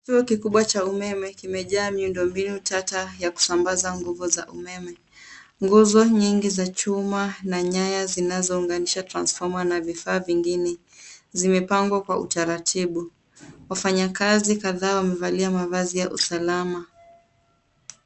Kituo kikubwa cha umeme kimejaa miundombinu tata ya kusambaza nguvu za umeme. Nguzo nyingi za chuma na nyaya zinaunganisha transfoma na vifaa vingine. Vimepangwa kwa utaratibu. Wafanyakazi kadhaa wamevalia kazi wakiwa wamevalia mavazi ya ulinzi.